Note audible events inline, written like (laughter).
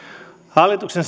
hallituksen (unintelligible)